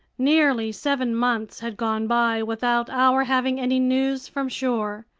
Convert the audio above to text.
nearly seven months had gone by without our having any news from shore.